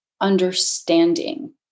understanding